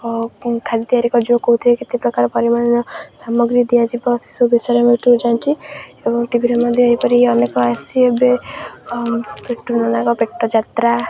ଓ ଖାଲି ତିଆରି କରିିବକୁ କେଉଁଥିରେ କେତେ ପ୍ରକାର ପରିମାଣର ସାମଗ୍ରୀ ଦିଆଯିବ ସେସବୁ ବିଷୟରେ ମୁଁଠୁ ଜାଣିଛି ଏବଂ ଟିଭିରେ ମଧ୍ୟ ଏହିପରି ଅନେକ ଆସି ଏବେ ପେଟୁ ନନାଙ୍କ ପେଟ ଯାତ୍ରା